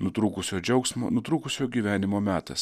nutrūkusio džiaugsmo nutrūkusio gyvenimo metas